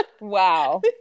Wow